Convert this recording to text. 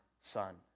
son